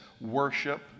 worship